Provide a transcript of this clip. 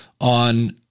on